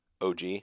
OG